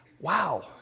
wow